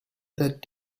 that